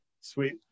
sweet